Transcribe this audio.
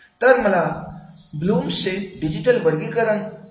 आता मला ब्लुमचे डिजिटल वर्गीकरणाचे उदाहरण द्यायला आवडेल